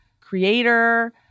creator